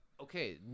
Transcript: Okay